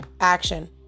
action